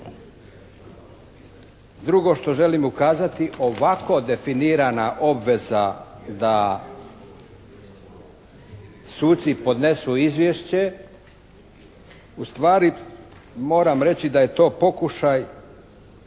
Drugo što želim ukazati ovako definirana obveza da suci podnesu izvješće u stvari moram reći da je to pokušaj